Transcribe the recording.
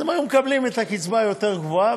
הם היו מקבלים את הקצבה היותר-גבוהה,